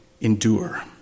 endure